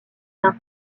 d’un